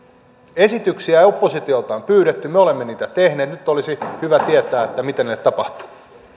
esityksiä oppositiolta on pyydetty me olemme niitä tehneet nyt olisi hyvä tietää mitä niille tapahtuu